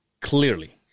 clearly